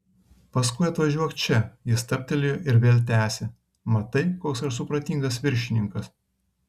paskui atvažiuok čia jis stabtelėjo ir vėl tęsė matai koks aš supratingas viršininkas